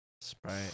Sprite